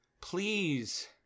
Please